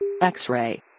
X-Ray